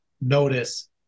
notice